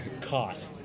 Caught